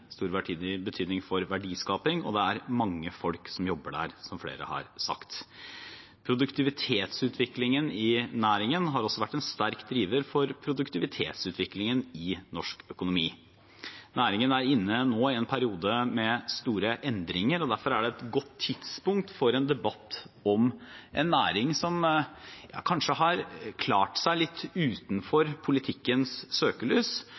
det er mange folk som jobber der, som flere har sagt. Produktivitetsutviklingen i næringen har også vært en sterk driver for produktivitetsutviklingen i norsk økonomi. Næringen er nå inne i en periode med store endringer, og det er derfor et godt tidspunkt for en debatt om en næring som har klart seg litt